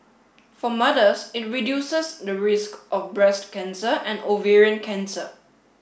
for mothers it reduces the risk of breast cancer and ovarian cancer